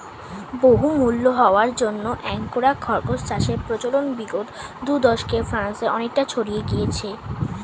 বহুমূল্য হওয়ার জন্য আঙ্গোরা খরগোশ চাষের প্রচলন বিগত দু দশকে ফ্রান্সে অনেকটা ছড়িয়ে গিয়েছে